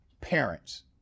parents